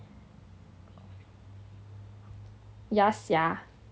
yeah sia